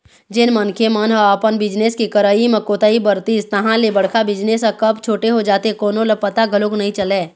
जेन मनखे मन ह अपन बिजनेस के करई म कोताही बरतिस तहाँ ले बड़का बिजनेस ह कब छोटे हो जाथे कोनो ल पता घलोक नइ चलय